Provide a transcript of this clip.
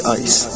ice